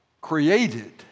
created